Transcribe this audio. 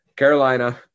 carolina